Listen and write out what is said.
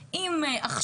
עם עובדים סוציאליים,